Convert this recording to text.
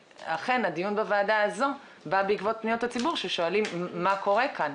הדיון בוועדה הזאת בא בעקבות פניות הציבור ששואלים מה קורה כאן?